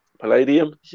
Palladium